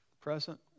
present